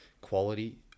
quality